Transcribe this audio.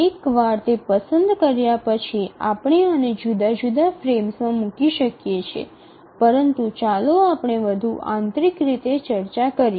એકવાર તે પસંદ કર્યા પછી કે આપણે આને જુદા જુદા ફ્રેમમાં મૂકી શકીએ છીએ પરંતુ ચાલો આપણે વધુ આંતરિક રીતે ચર્ચા કરીએ